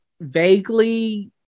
vaguely